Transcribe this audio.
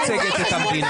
היא לא מייצגת את המדינה.